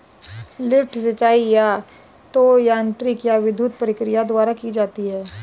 lift सिंचाई या तो यांत्रिक या विद्युत प्रक्रिया द्वारा की जाती है